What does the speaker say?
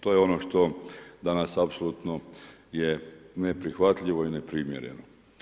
To je ono što danas apsolutno je neprihvatljivo i neprimjereno.